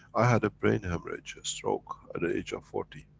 i had a brain hemorrhage, a stroke, at the age of forty,